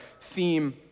theme